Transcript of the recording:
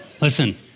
Listen